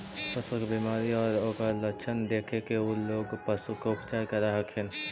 पशु के बीमारी आउ ओकर लक्षण देखके उ लोग पशु के उपचार करऽ हथिन